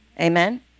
Amen